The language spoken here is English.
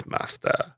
Master